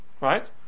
Right